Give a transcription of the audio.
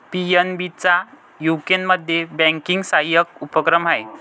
PNB चा यूकेमध्ये banking सहाय्यक उपक्रम आहे